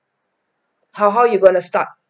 how how you gonna start